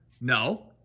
no